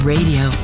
Radio